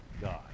God